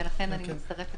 ולכן אני מברכת,